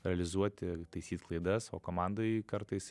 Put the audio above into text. realizuoti taisyt klaidas o komandoj kartais